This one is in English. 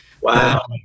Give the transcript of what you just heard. Wow